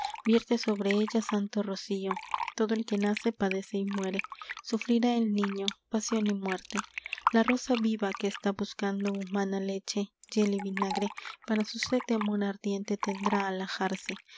vierte sobre ella santo rocío todo el que nace padece y muere sufrirá el niño pasión y muerte la rosa viva que está buscando humana leche hiel y vinagre para su sed de amor ardiente tendrá